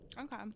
Okay